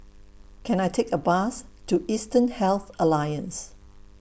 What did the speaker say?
Can I Take A Bus to Eastern Health Alliance